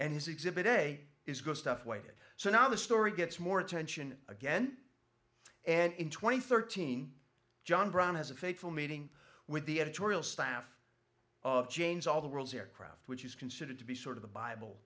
and his exhibit a is good stuff waited so now the story gets more attention again and in twenty thirteen john brown has a fateful meeting with the editorial staff of jane's all the world's aircraft which is considered to be sort of the bible